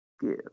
Give